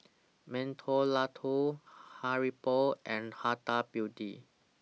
Mentholatum Haribo and Huda Beauty